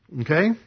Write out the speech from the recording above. Okay